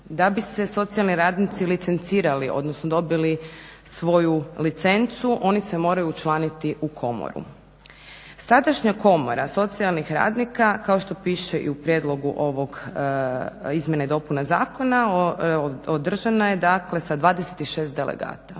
Da bi se socijalni radnici licencirali, odnosno dobili svoju licencu oni se moraju učlaniti u komoru. Sadašnja Komora socijalnih radnika kao što piše i u prijedlogu ove izmjene i dopune zakona održana je dakle sa 26 delegata.